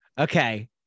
Okay